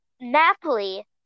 Napoli